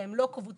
שהם לא קבוצה,